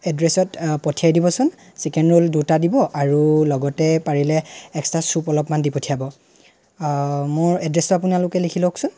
এড্ৰেছত পঠিয়াই দিবচোন চিকেন ৰোল দুটা দিব আৰু লগতে পাৰিলে এক্সট্ৰা চুপ অলপমান দি পঠিয়াব মোৰ এড্ৰেছটো আপোনালোকে লিখি লওকচোন